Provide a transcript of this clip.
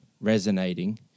resonating